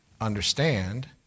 understand